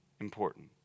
important